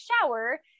shower